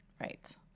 right